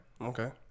okay